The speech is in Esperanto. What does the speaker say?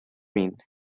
min